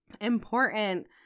important